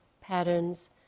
patterns